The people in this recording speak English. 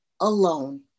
alone